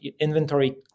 inventory